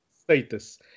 status